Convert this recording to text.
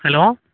hello